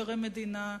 טרם מדינה,